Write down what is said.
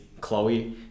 Chloe